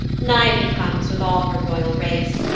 niobe comes with all her royal race,